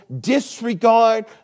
disregard